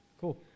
Cool